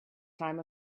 time